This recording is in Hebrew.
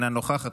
אינה נוכחת,